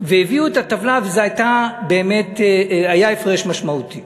והביאו את הטבלה, והיה הפרש משמעותי.